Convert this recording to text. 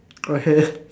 okay